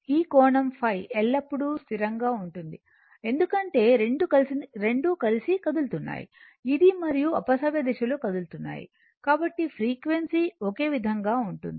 ఈ కోణం ϕ ఎల్లప్పుడూ స్థిరంగా ఉంటుంది ఎందుకంటే రెండూ కలిసి కదులుతున్నాయి ఇది మరియు అపసవ్యదిశ లో కదులుతున్నాయి కాబట్టి ఫ్రీక్వెన్సీ ఒకే విధంగా ఉంటుంది